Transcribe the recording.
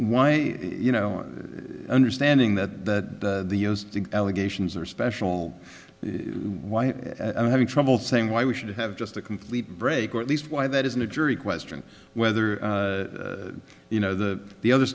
why you know understanding that the allegations are special why i'm having trouble saying why we should have just a complete break or at least why that isn't a jury question whether you know the the other